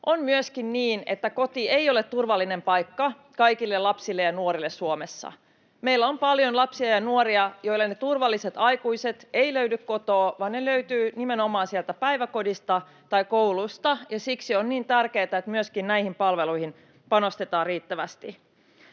On niin, että koti ei ole turvallinen paikka kaikille lapsille ja nuorille Suomessa. Meillä on paljon lapsia ja nuoria, joille ne turvalliset aikuiset eivät löydy kotoa, vaan ne löytyvät nimenomaan sieltä päiväkodista tai koulusta, ja siksi on niin tärkeätä, että myöskin näihin palveluihin panostetaan riittävästi.